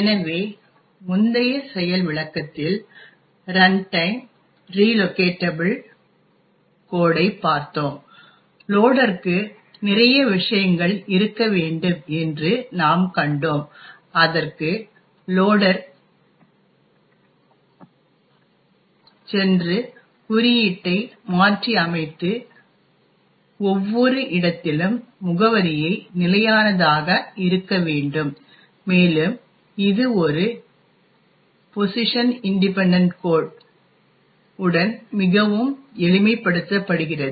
எனவே முந்தைய செயல் விளக்கத்தில் ரன்டைம் ரிலோகேட்டபிள் கோடைப் பார்த்தோம் லோடர்க்கு நிறைய விஷயங்கள் இருக்க வேண்டும் என்று நாம் கண்டோம் அதற்கு லோடர் சென்று குறியீட்டை மாற்றியமைத்து ஒவ்வொரு இடத்திலும் முகவரியை நிலையானதாக இருக்க வேண்டும் மேலும் இது ஒரு PIC பொசிஷன் இன்ட்டிபென்டன்ட் கோட் உடன் மிகவும் எளிமைப்படுத்தப்படுகிறது